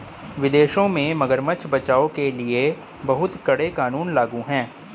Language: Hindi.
विदेशों में मगरमच्छ बचाओ के लिए बहुत कड़े नियम लागू हैं